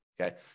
Okay